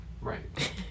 right